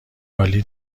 عالی